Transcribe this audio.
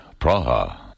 Praha